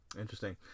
Interesting